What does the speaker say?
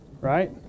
Right